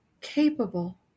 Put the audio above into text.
capable